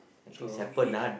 so if